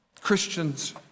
Christians